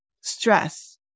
stress